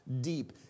deep